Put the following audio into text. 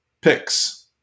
picks